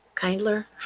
kindler